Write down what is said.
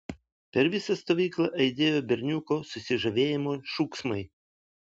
per visą stovyklą aidėjo berniuko susižavėjimo šūksmai